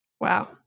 Wow